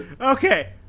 Okay